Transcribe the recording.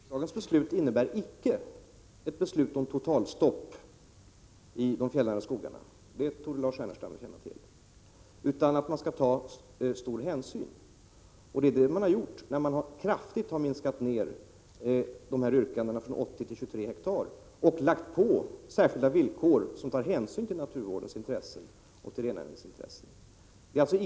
Herr talman! Riksdagens beslut innebär icke ett totalstopp för avverkningi de fjällnära skogarna — det torde väl Lars Ernestam känna till. Det innebär att man skall ta stor hänsyn. Det har man gjort när man kraftigt har minskat arealen — från 80 till 23 hektar — och ställt särskilda villkor med hänsyn till naturvårdens och rennäringens intressen.